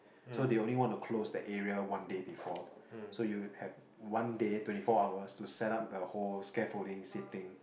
so they only want to close that area one day before so you have one day twenty four hours to set up the whole scaffolding sitting